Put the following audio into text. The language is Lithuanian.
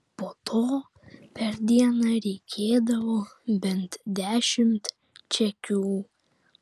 po to per dieną reikėdavo bent dešimt čekių